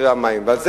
ועל זה,